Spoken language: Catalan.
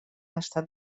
estat